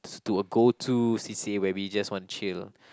is to a go to c_c_a where we just want chill